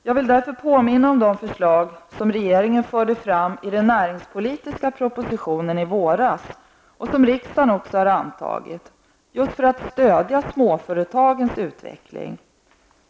Jag vill därför påminna om de förslag som regeringen förde fram i den näringspolitiska propositionen i våras, och som riksdagen också har antagit, för att stödja småföretagens utveckling.